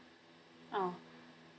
ah